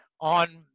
on